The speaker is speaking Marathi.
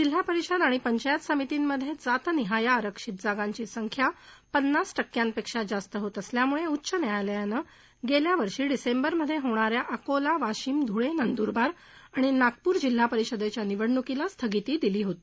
जिल्हा परिषद आणि पंचायत समितीमध्यज्ञातनिहाय आरक्षीत जागांची संख्या पन्नास टक्क्यांपक्षी जास्त होत असल्यामुळा उच्च न्यायालयानं गच्खा वर्षी डिसेंबर मध्यविणा या अकोला वाशिम ध्रळ अंदूरबार आणि नागपूर जिल्हा परिषदच्या निवडणुकीला स्थगीती दिली होती